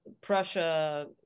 Prussia